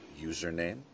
username